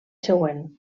següent